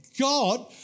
God